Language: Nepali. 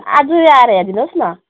आज आएर हेरिदिनु होस् न